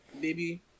baby